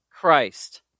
Christ